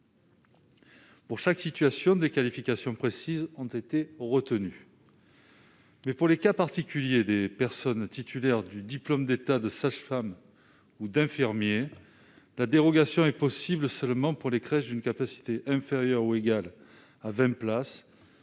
Pour chaque situation, des qualifications précises ont été retenues, mais pour les cas particuliers des personnes titulaires du diplôme d'État de sage-femme ou d'infirmier, la dérogation est possible seulement pour les crèches d'une capacité inférieure ou égale à 20 places